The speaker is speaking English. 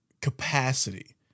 capacity